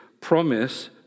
promise